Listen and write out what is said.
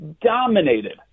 dominated